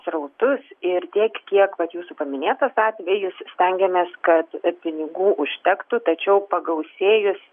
srautus ir tiek kiek vat jūsų paminėtas atvejis stengiamės kad pinigų užtektų tačiau pagausėjus